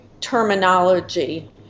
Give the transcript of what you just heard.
terminology